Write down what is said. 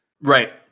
Right